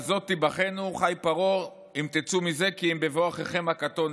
"בזאת תִּבָּחֵנו חֵי פרעה אם תצאו מזה כי אם בבוא אחיכם הקטֹן